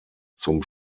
zum